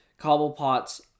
cobblepot's